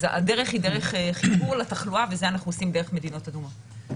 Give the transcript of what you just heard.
הדרך היא דרך חיבור לתחלואה וזה אנחנו עושים דרך מדינות אדומות.